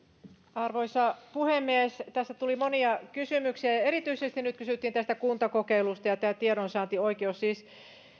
arvoisa puhemies tässä tuli monia kysymyksiä ja erityisesti nyt kysyttiin kuntakokeiluista ja tiedonsaantioikeudesta siis